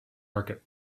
market